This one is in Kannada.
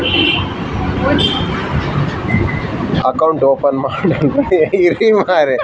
ಅಕೌಂಟ್ ಓಪನ್ ಮಾಡಲು ಯಾವೆಲ್ಲ ಡಾಕ್ಯುಮೆಂಟ್ ಬೇಕು?